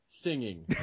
singing